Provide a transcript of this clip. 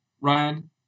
Ryan